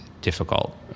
difficult